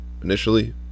initially